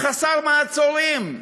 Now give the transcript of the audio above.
חסר מעצורים.